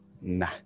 Nah